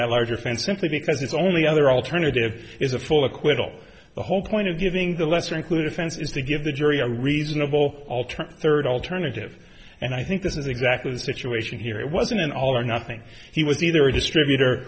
that larger offense simply because it's only other alternative is a full acquittal the whole point of giving the lesser included offense is to give the jury a reasonable alternative third alternative and i think this is exactly the situation here it wasn't an all or nothing he was either a distributor